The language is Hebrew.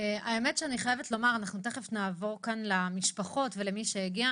אנחנו תכף נעבור למשפחות ולמי שהגיע.